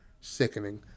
Sickening